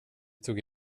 tog